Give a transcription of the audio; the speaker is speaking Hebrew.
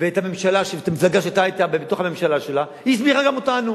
ואת המפלגה שאתה היית בתוך הממשלה שלה הסמיכה גם אותנו.